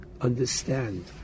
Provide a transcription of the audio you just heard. understand